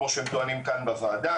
כמו שהם טוענים כאן בוועדה,